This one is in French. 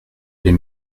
les